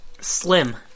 slim